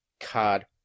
card